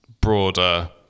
broader